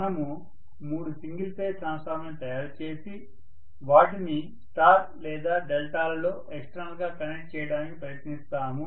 మనము మూడు single phase transformers ని తయారు చేసి వాటిని స్టార్ లేదా డెల్టాలలో ఎక్స్టర్నల్ గా కనెక్ట్ చేయడానికి ప్రయత్నిస్తాము